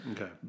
Okay